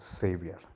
Savior